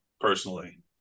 personally